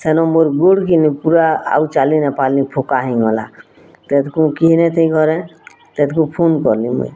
ସେନୁ ମୋର୍ ଗୋଡ଼ କିନି ପୁରା ଆଉ ଚାଲି ନାଇଁ ପାରଲି ଫୋଟକା ହେଇଗଲା କେଇ ନିଥି ଘରେ ଫୋନ୍ କଲି ମୁଇଁ